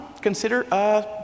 consider